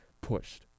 pushed